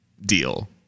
deal